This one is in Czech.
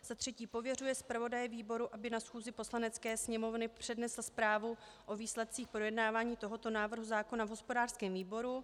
III. pověřuje zpravodaje výboru, aby na schůzi Poslanecké sněmovny přednesl zprávu o výsledcích projednávání tohoto návrhu zákona v hospodářském výboru;